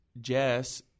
Jess